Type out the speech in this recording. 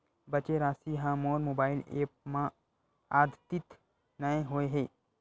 बचे राशि हा मोर मोबाइल ऐप मा आद्यतित नै होए हे